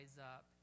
up